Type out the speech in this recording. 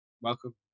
welcome